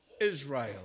Israel